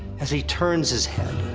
as he turns his head.